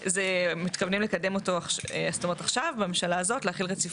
מתכוונים לקדם אותו עכשיו בממשלה הזאת ולהחיל רציפות?